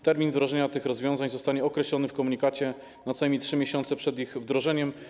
Termin wdrożenia rozwiązań zostanie określony w komunikacie co najmniej na 3 miesiące przed ich wdrożeniem.